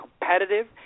competitive